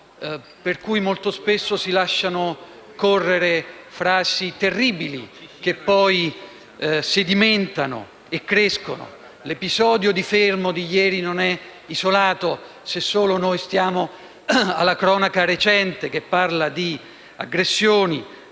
per cui molto di frequente si lasciano correre frasi terribili, che poi sedimentano e crescono. L'episodio di Fermo di ieri non è isolato, se solo stiamo alla cronaca recente, che parla di aggressioni